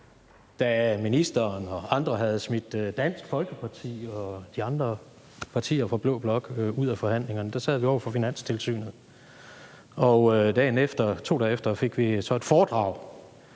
da ministeren og andre havde smidt Dansk Folkeparti og de andre partier fra blå blok ud af forhandlingerne. Der sad vi over for Finanstilsynet. Og 2 dage efter fik vi så et foredrag